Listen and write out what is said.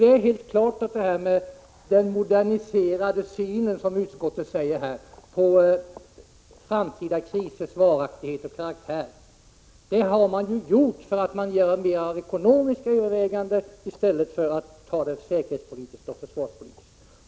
Det är helt klart att den moderniserade synen som utskottet säger, på framtida krisers varaktighet och karaktär har tillkommit för att man har gjort ekonomiska överväganden i stället för säkerhetspolitiska och försvarspolitiska.